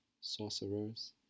sorcerers